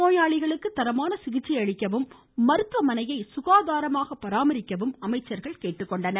நோயாளிகளுக்கு தரமான சிகிச்சை அளிக்கவும் மருத்துவமனையை சுகாதாரமாக பராமரிக்கவும் அமைச்சர்கள் கேட்டுக்கொண்டனர்